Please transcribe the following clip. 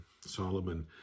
Solomon